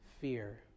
fear